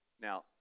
Now